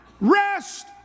rest